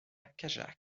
cajarc